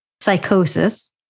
psychosis